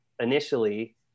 initially